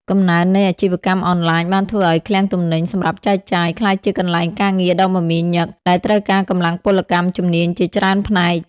កំណើននៃអាជីវកម្មអនឡាញបានធ្វើឱ្យឃ្លាំងទំនិញសម្រាប់ចែកចាយ ក្លាយជាកន្លែងការងារដ៏មមាញឹកដែលត្រូវការកម្លាំងពលកម្មជំនាញជាច្រើនផ្នែក។